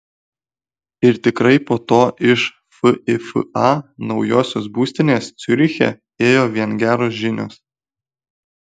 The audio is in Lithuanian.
ir tikrai po to iš fifa naujosios būstinės ciuriche ėjo vien geros žinios